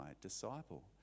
disciple